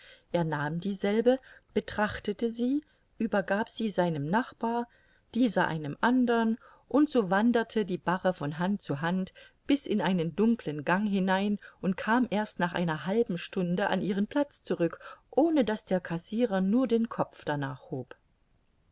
er nahm dieselbe betrachtete sie übergab sie seinem nachbar dieser einem anderen und so wanderte die barre von hand zu hand bis in einen dunkeln gang hinein und kam erst nach einer halben stunde an ihren platz zurück ohne daß der cassirer nur den kopf darnach hob